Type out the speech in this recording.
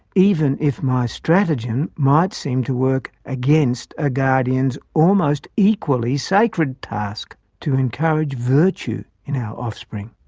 even if my stratagem might seem to work against a guardian's almost equally sacred task to encourage virtue in our offspring.